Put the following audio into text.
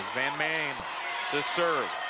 van manningen the serve.